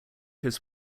his